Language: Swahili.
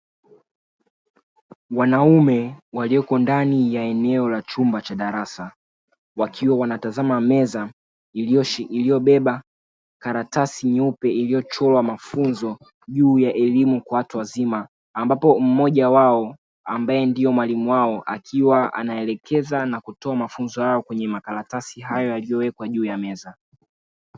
Wanaume waliopo ndani ya eneo la chumba cha darasa wakiwa wanatazama meza iliyobeba karatasi nyeupe iliyochorwa mafunzo juu ya elimu kwa watu wazima, ambapo mmoja wao ambaye ndiye mwalimu wao akiwa anaelekeza na kutoa mafunzo hayo kwenye makaratasi hayo yaliyowekwa juu ya meza.